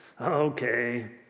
okay